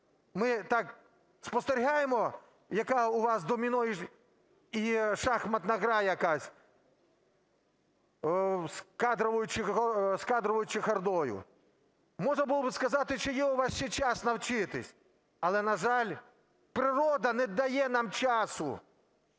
ми так спостерігаємо, яка у вас доміно і шахматна гра якась з кадровою чехардою. Можна було би сказати, що є у вас ще час навчитись, але, на жаль, природа не дає нам часу